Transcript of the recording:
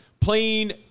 playing